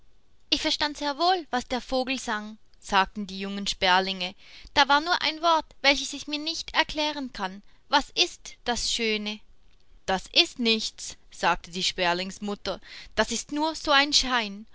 ich verstand sehr wohl was der vogel sang sagten die jungen sperlinge da war nur ein wort welches ich mir nicht erklären kann was ist das schöne das ist nichts sagte die sperlingsmutter das ist nur so ein schein